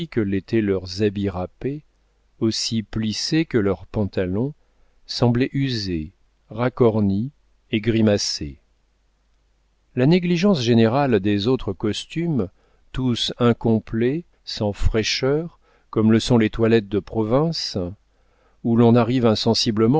que l'étaient leurs habits râpés aussi plissées que leurs pantalons semblaient usées racornies et grimaçaient la négligence générale des autres costumes tous incomplets sans fraîcheur comme le sont les toilettes de province où l'on arrive